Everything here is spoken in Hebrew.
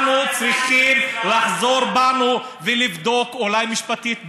אנחנו צריכים לחזור בנו ולבדוק אולי משפטית באמת,